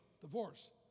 divorce